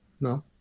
No